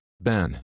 Ben